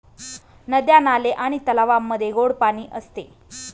नद्या, नाले आणि तलावांमध्ये गोड पाणी असते